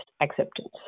acceptance